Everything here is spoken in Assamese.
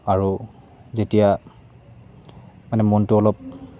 আৰু যেতিয়া মানে মনটো অলপ